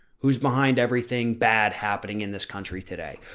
who's behind everything bad happening in this country. today,